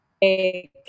Hey